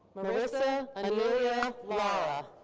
marisa and amelia loera.